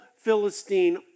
Philistine